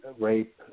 rape